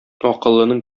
акыллының